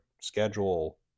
schedule